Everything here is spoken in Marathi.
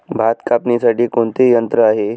भात कापणीसाठी कोणते यंत्र आहे?